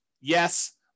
Yes